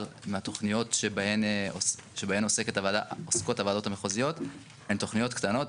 מהתוכניות שבהן עוסקות הוועדות המחוזיות הן תוכניות קטנות.